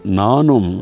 nanum